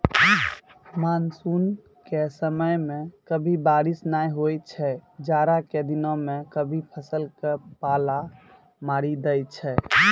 monsoon के समय मॅ कभी बारिश नाय होय छै, जाड़ा के दिनों मॅ कभी फसल क पाला मारी दै छै